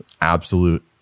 absolute